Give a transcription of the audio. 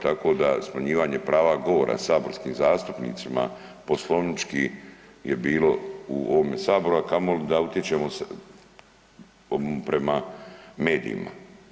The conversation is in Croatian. Tako da smanjivanje prava govora saborskim zastupnicima poslovnički je bilo u ovome Saboru, a kamoli da utječemo prema medijima.